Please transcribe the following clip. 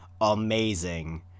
amazing